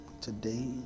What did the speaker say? today